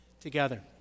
together